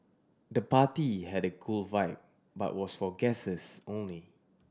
the party had a cool vibe but was for guests only